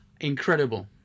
Incredible